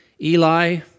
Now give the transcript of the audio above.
Eli